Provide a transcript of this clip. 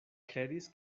kredis